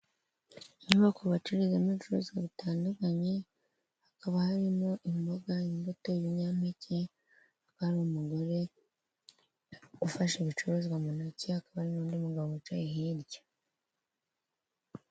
Inyubako bacururizamo ibicuruzwa bitandukanye, hakaba harimo imboga, imbuto, ibinyampeke, hakaba hari umugore ufasha ibicuruzwa mu ntoki, hakaba hari n'undi mugabo wicaye hirya.